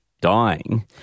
dying